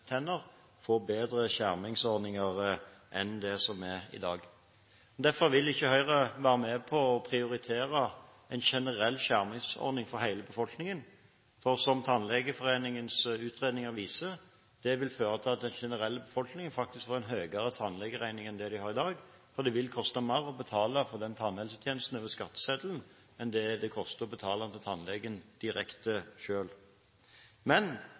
tenner, får bedre skjermingsordninger enn det som er i dag. Derfor vil ikke Høyre være med på å prioritere en generell skjermingsordning for hele befolkningen, for – som Tannlegeforeningens utredninger viser – det vil føre til at den generelle befolkningen faktisk får en høyere tannlegeregning enn det de har i dag, for det vil koste mer å betale for den tannhelsetjenesten over skatteseddelen enn det det koster å betale den til tannlegen direkte selv. Men